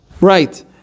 Right